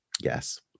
Yes